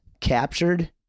Captured